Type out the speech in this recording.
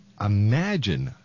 imagine